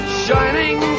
shining